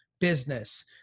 Business